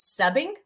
subbing